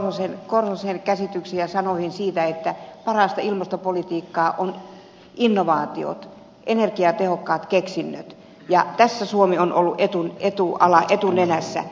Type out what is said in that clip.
timo korhosen käsityksiin ja sanoihin siitä että parasta ilmastopolitiikkaa ovat innovaatiot energiatehokkaat keksinnöt ja tässä suomi on ollut etunenässä